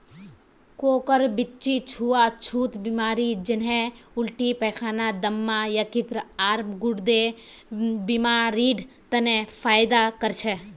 कोकोर बीच्ची छुआ छुत बीमारी जन्हे उल्टी पैखाना, दम्मा, यकृत, आर गुर्देर बीमारिड तने फयदा कर छे